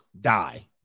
die